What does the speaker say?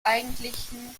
eigentlichen